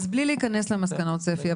אז בלי להיכנס למסקנות ספי.